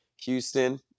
Houston